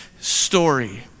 story